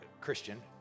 Christian